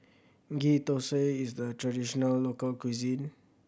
Ghee Thosai is the traditional local cuisine